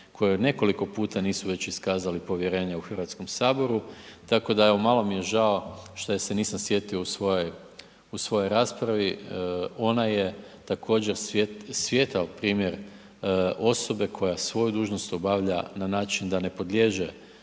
koje nekoliko puta nisu već iskazali povjerenje u Hrvatskom saboru. Tako da evo malo mi je žao što je se nisam sjetio u svojoj raspravi. Ona je također svijetao primjer osobe koja svoju dužnost obavlja na način da ne podliježe